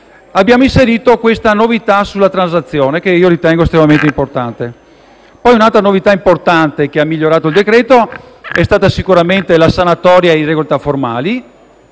abbiamo inserito la novità sulla transazione, che ritengo estremamente importante. Un'altra novità importante che ha migliorato il decreto‑legge è stata sicuramente la sanatoria delle irregolarità formali,